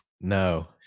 No